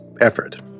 effort